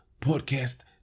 Podcast